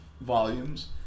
volumes